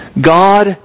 God